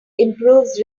improves